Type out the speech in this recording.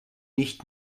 nicht